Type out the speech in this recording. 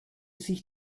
sich